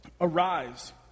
Arise